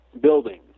building